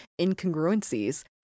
incongruencies